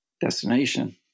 destination